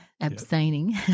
abstaining